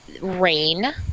Rain